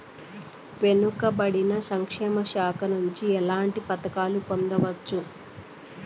వెనుక పడిన సంక్షేమ శాఖ నుంచి ఎట్లాంటి పథకాలు పొందవచ్చు?